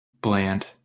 bland